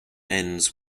ends